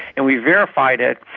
and we verified it.